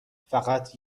فقط